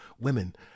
women